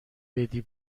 بدی